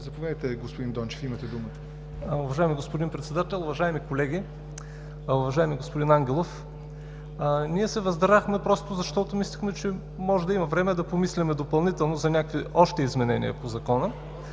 Реплика е, не е изказване. Уважаеми господин Председател, уважаеми колеги! Уважаеми господин Ангелов, ние се въздържахме просто защото мислехме, че може да има време да помислим допълнително за някакви още изменения по Закона,